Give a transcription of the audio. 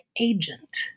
agent